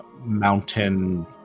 mountain